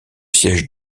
siège